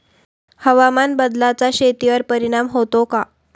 हवामान बदलाचा शेतीवर परिणाम होतो का?